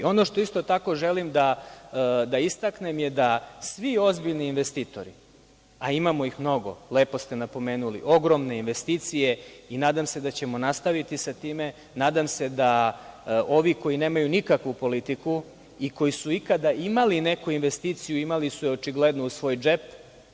Ono što isto tako želim da istaknem je da svi ozbiljni investitori, a imamo ih mnogo, lepo ste napomenuli, ogromne investicije i nadam se da ćemo nastaviti sa time, nadam se da ovi koji nemaju nikakvu politiku i koji su ikada imali neku investiciju, imali su je, očigledno, u svoj džep.